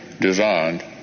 designed